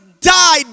died